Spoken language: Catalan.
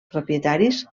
propietaris